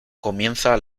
comienza